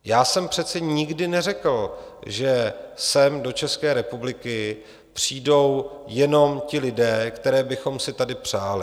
Já jsem přece nikdy neřekl, že sem do České republiky přijdou jenom ti lidé, které bychom si tady přáli.